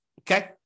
Okay